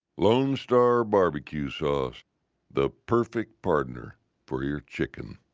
lonestar barbecue sauce. the perfect partner for your chicken.